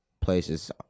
places